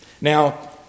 Now